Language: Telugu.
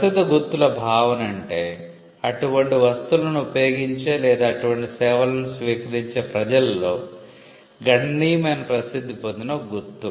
ప్రసిద్ధ గుర్తుల భావన అంటే అటువంటి వస్తువులను ఉపయోగించే లేదా అటువంటి సేవలను స్వీకరించే ప్రజలలో గణనీయమైన ప్రసిద్ధి పొందిన ఒక గుర్తు